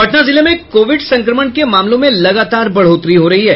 पटना जिले में कोविड संक्रमण के मामलों में लगातार बढ़ोतरी हो रही है